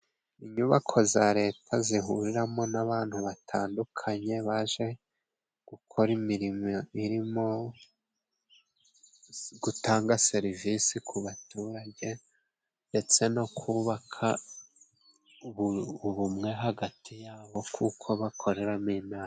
Inyubako za leta zihuriramo n'abantu batandukanye baje gukora imirimo irimo gutanga serivisi ku baturage, ndetse no kubaka ubumwe hagati ya bo kuko bakoreramo inama.